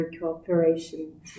cooperation